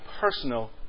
personal